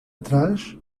atrás